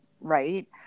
right